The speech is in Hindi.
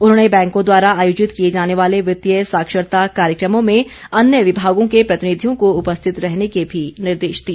उन्होंने बैंकों द्वारा आयोजित किए जाने वाले वित्तीय साक्षरता कार्यक्रमों में अन्य विभागों के प्रतिनिधियों को उपस्थित रहने के भी निर्देश दिए